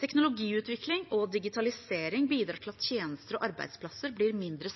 Teknologiutvikling og digitalisering bidrar til at tjenester og arbeidsplasser blir mindre